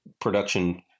production